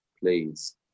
please